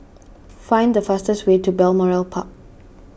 find the fastest way to Balmoral Park